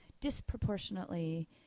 disproportionately